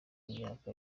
y’imyaka